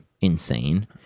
insane